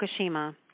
Fukushima